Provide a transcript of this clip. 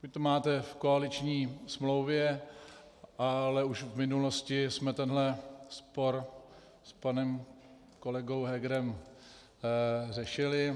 Vy to máte v koaliční smlouvě, ale už v minulosti jsme tenhle spor s panem kolegou Hegerem řešili.